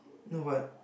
no but